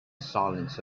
silence